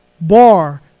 Bar